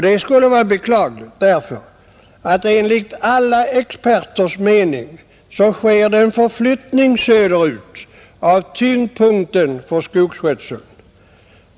Det skulle vara beklagligt eftersom enligt alla experters mening sker en förflyttning söderut av tyngdpunkten för skogsskötseln.